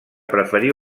preferir